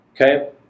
okay